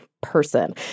person